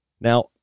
Now